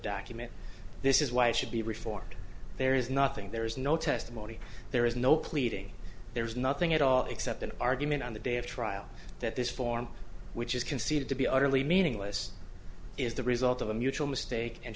document this is why it should be reformed there is nothing there is no testimony there is no pleading there's nothing at all except an argument on the day of trial that this form which is conceded to be utterly meaningless is the result of a mutual mistake and